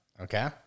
Okay